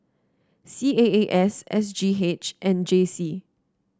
C A A S S G H and J C